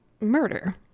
murder